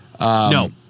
No